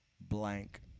blank